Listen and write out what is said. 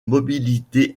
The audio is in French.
mobilité